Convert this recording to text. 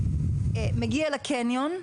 מגיע לקניון.